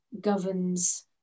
governs